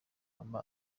aba